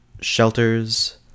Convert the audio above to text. shelters